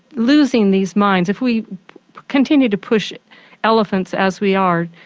losing these minds, if we continue to push elephants as we are,